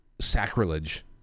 sacrilege